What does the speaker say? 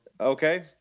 okay